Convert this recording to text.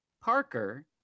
Parker